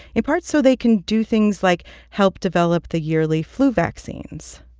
in part so they can do things like help develop the yearly flu vaccines.